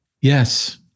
Yes